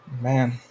Man